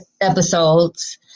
episodes